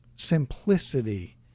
simplicity